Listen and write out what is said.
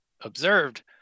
observed